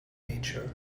nature